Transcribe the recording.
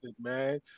man